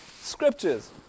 scriptures